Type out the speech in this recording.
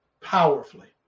powerfully